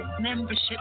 Membership